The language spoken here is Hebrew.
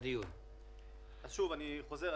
אני חוזר,